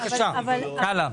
בבקשה, הלאה.